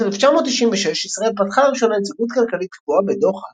בשנת 1996 ישראל פתחה לראשונה נציגות כלכלית קבועה בדוחה,